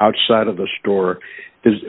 outside of the store